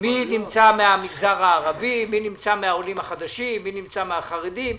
מהמגזר הערבי, מהעולים החדשים, מהחרדים.